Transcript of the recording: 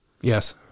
Yes